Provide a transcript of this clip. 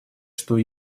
что